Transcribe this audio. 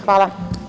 Hvala.